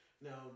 Now